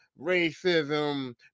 racism